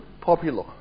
popular